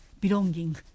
belonging